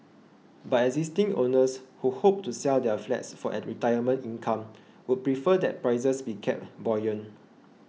but existing owners who hope to sell their flats for retirement income would prefer that prices be kept buoyant